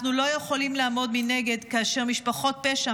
אנחנו לא יכולים לעמוד מנגד כאשר משפחות פשע